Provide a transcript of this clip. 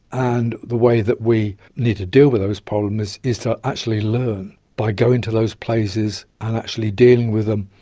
and the way that we need to deal with those problems is to actually learn by going to those places and actually dealing with them,